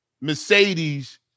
Mercedes